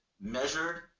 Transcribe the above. measured